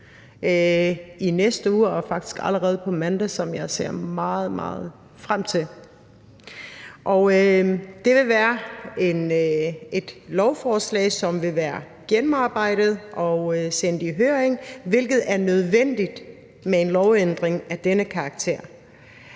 i næste uge – faktisk allerede på mandag – som jeg ser meget, meget frem til. Det vil være et lovforslag, som vil være gennemarbejdet og sendt i høring, hvilket er nødvendigt ved en lovændring af denne karakter.